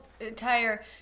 entire